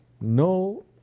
No